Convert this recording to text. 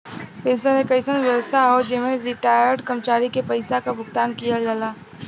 pension एक अइसन व्यवस्था हौ जेमन रिटार्यड कर्मचारी के पइसा क भुगतान किहल जाला